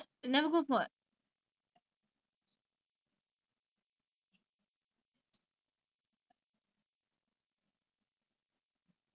அந்த:antha overseas போற நேரத்துல:pora nerathula they say that got some terrorist thing going on then J_C வந்து:vandhu my results so bad then they were like only the toppest can go